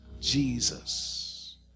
jesus